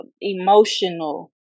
emotional